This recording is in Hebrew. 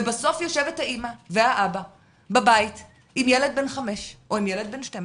ובסוף יושבים האימא והאבא בבית עם ילד בן 5 או עם ילד בן 12